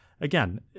Again